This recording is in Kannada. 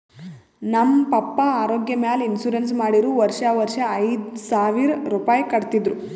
ನಮ್ ಪಪ್ಪಾ ಆರೋಗ್ಯ ಮ್ಯಾಲ ಇನ್ಸೂರೆನ್ಸ್ ಮಾಡಿರು ವರ್ಷಾ ವರ್ಷಾ ಐಯ್ದ ಸಾವಿರ್ ರುಪಾಯಿ ಕಟ್ಟತಿದ್ರು